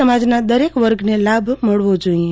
સમાજના દરેક વર્ગને લાભ આપવો જોઈએ